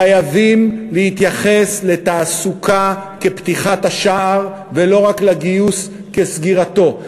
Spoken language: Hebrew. חייבים להתייחס לתעסוקה כפתיחת השער ולא רק לגיוס כסגירתו.